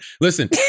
Listen